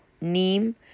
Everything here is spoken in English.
neem